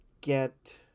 get